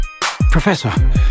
Professor